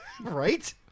Right